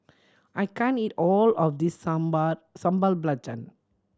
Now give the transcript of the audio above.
I can't eat all of this sambal Sambal Belacan